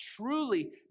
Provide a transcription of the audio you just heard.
truly